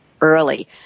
early